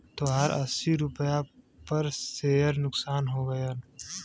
तोहार अस्सी रुपैया पर सेअर नुकसान हो गइल